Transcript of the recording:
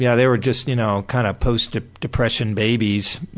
yeah they were just, y'know, kind of post-depression babies